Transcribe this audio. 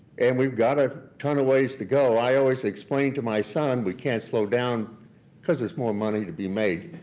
and we've got a ton of ways to go. i always explain to my son we can't slow down because there's more money to be made.